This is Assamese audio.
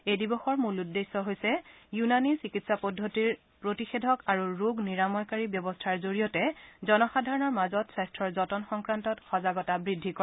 এই দিৱসৰ মূল উদ্দেশ্য হৈছে ইউনানি চিকিৎসা পদ্ধতিৰ প্ৰতিষেধক আৰু ৰোগ নিৰাময়কাৰী ব্যৱস্থাৰ জৰিয়তে জনসাধাৰণৰ মাজত স্বাস্থ্যৰ যতন সংক্ৰান্তত সজাগতা বৃদ্ধি কৰা